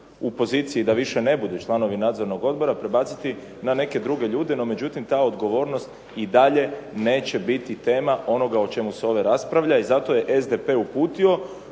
u poziciji da više ne budu članovi nadzornih odbora prebaciti na neke druge ljude, no međutim, ta odgovornost i dalje neće biti tema onoga o čemu se ovdje raspravlja. I zato je SDP uputio